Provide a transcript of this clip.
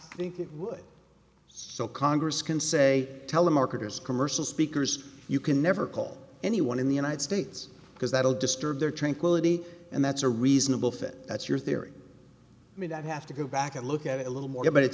think it would so congress can say telemarketers commercial speakers you can never call anyone in the united states because that will disturb their tranquility and that's a reasonable fit that's your theory to me that have to go back and look at it a little more but it